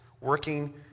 working